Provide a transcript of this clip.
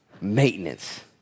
Maintenance